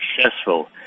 successful